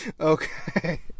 Okay